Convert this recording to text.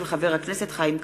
של חבר הכנסת חיים כץ,